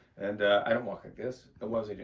and i don't walk like this. what was i doing?